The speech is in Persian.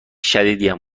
شدیدیم